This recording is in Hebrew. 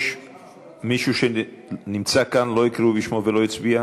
יש מישהו שנמצא כאן ולא הקריאו את שמו ולא הצביע?